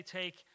take